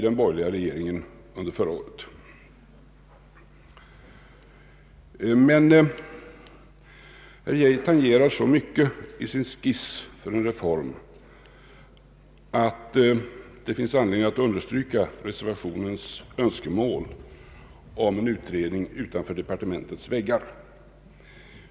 Men herr Geijer tangerar så mycket i sin skiss för en reform att det finns anledning att understryka reservationens önskemål om en utredning utanför departementets väggar.